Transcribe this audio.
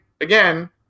again